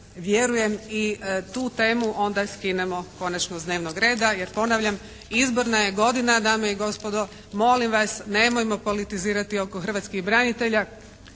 vjerujem i tu temu onda skinemo konačno sa dnevnog reda. Jer ponavljam izborna je godina dame i gospodo! Molim vas, nemojmo politizirati oko hrvatskih branitelja.